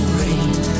rain